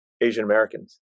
Asian-Americans